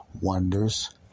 wonders